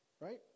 Right